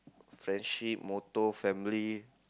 friendship motto family